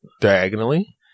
diagonally